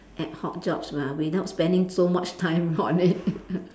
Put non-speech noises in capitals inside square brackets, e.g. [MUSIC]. ad hoc jobs lah without spending so much time on it [LAUGHS]